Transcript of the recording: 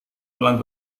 pulang